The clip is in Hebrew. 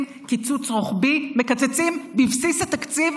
קיצוץ רוחבי מקצצים בבסיס התקציב,